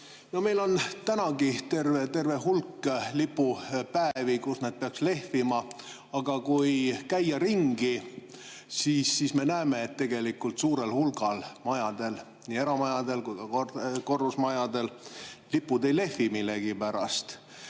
Meil on praegugi terve hulk lipupäevi, kui need lipud peaks lehvima, aga kui käia ringi, siis me näeme, et tegelikult suurel hulgal majadel, nii eramajadel kui ka korrusmajadel, lipud millegipärast